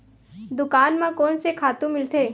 दुकान म कोन से खातु मिलथे?